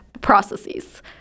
processes